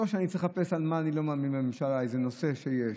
לא שאני צריך לחפש במה אני לא מאמין לממשלה איזה נושא שיש.